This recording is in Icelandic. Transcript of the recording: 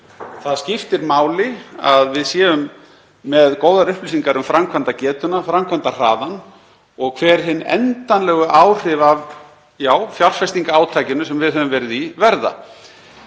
Það skiptir máli að við séum með góðar upplýsingar um framkvæmdagetuna, framkvæmdahraðann og hver hin endanlegu áhrif verða af — já — fjárfestingarátakinu sem við höfum verið í.